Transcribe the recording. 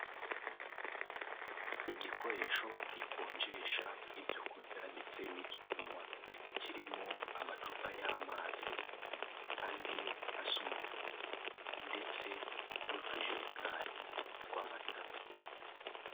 Igikoresho gikonjesha ibyo kurya ndetse n'ibyo kunywa, kirimo amacupa y'amazi, andi asa umutuku, ndetse n'utujerekani tw'amata.